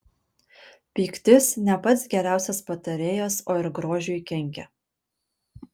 pyktis ne pats geriausias patarėjas o ir grožiui kenkia